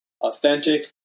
authentic